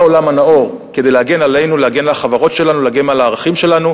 אני מודה גם לך על המנהיגות שלך,